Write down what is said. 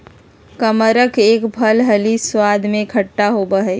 कमरख एक फल हई स्वाद में खट्टा होव हई